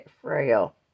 frail